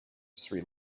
sri